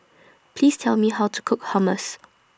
Please Tell Me How to Cook Hummus